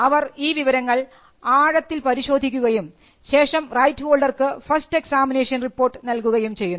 അവർ ഈ വിവരങ്ങൾ ആഴത്തിൽ പരിശോധിക്കുകയും ശേഷം റൈറ്റ് ഹോൾഡർക്ക് ഫസ്റ്റ് എക്സാമിനേഷൻ റിപ്പോർട്ട് നൽകുകയും ചെയ്യുന്നു